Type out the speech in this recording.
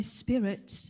spirit